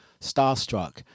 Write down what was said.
starstruck